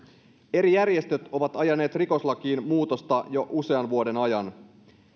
eri järjestöt ovat ajaneet rikoslakiin muutosta jo usean vuoden ajan